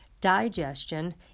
digestion